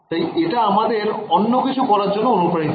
তাই এটা আমাদের অন্যকিছু করার জন্য অনুপ্রানিত করে